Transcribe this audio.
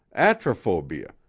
atrophobia,